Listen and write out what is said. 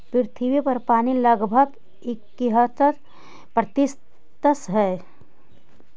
पृथ्वी पर पानी लगभग इकहत्तर प्रतिशत हई